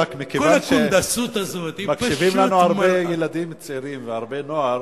רק מכיוון שמקשיבים לנו הרבה ילדים צעירים והרבה נוער,